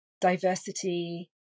diversity